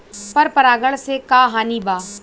पर परागण से का हानि बा?